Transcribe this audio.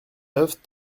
neuf